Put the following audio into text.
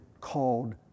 called